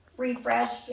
refreshed